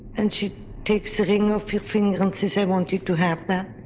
and she takes the ring off her finger and says i want you to have that.